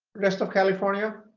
rest of california.